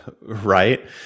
right